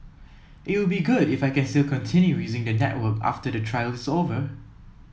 it would be good if I can still continue using the network after the trial is over